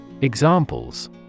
Examples